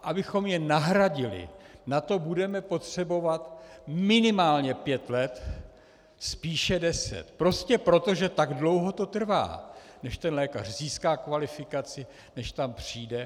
Abychom je nahradili, na to budeme potřebovat minimálně pět let, spíše deset, prostě proto, že tak dlouho to trvá, než ten lékař získá kvalifikaci, než tam přijde.